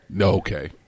Okay